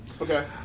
Okay